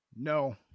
No